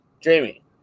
Jamie